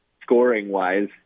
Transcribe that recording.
scoring-wise